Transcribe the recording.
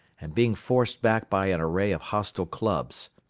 and being forced back by an array of hostile clubs.